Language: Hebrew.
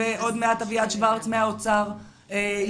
ועוד מעט אביעד שוורץ מהאוצר יעלה.